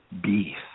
beef